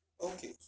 Okay